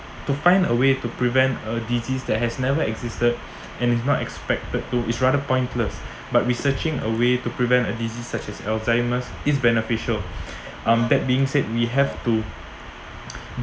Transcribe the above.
to find a way to prevent a disease that has never existed and is not expected to it's rather pointless but researching away to prevent a diseases such as Alzheimer's is beneficial um that being said we have to